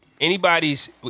anybody's